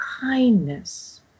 kindness